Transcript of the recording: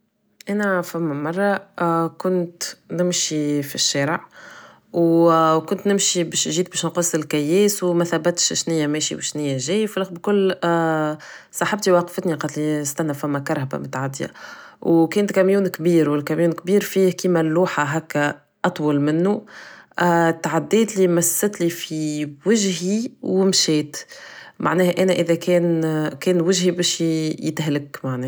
انا فما مرة كنت نمشي فشارع و كنت نمشي باش نجيب باش نقص الكياس متبثش شنية ماشي و شنية جاي فلكل صاحبتي وقفتني استنا فما كرهبة متعدية و كانت camion كبير فيه كيما اللوحة هكا اطول منو تعداتلي مستلي في وجهي و مشات معناه اذا انا كان وجهي مشي يتهلك معناه